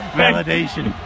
validation